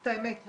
זאת האמת.